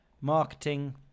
marketing